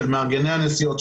של מארגני הנסיעות,